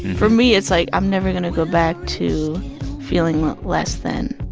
for me, it's like i'm never going to go back to feeling less than,